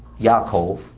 Yaakov